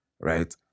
right